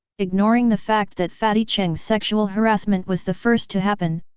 ignoring the fact that fatty cheng's sexual harassment was the first to happen,